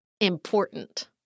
important